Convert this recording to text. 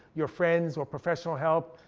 your friends, or professional help,